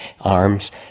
arms